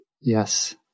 Yes